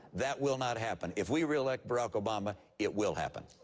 that will not happen. if we reelect barack obama, it will happen.